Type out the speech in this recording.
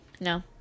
No